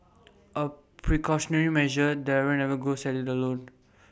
A precautionary measure Darren never goes at IT alone